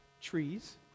trees